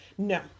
No